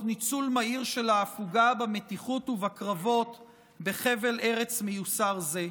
תוך ניצול מהיר של ההפוגה במתיחות ובקרבות בחבל ארץ מיוסר זה.